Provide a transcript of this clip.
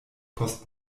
post